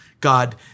God